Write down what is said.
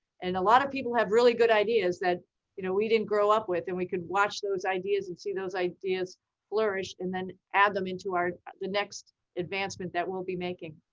and a lot of people have really good ideas that you know we didn't grow up with and we could watch those ideas and see those ideas flourished, and then add them into the next advancement that we'll be making.